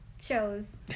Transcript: shows